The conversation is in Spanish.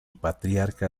patriarca